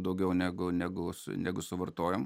daugiau negu negu su negu suvartojam